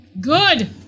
Good